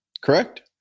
Correct